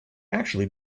actually